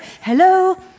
Hello